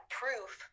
proof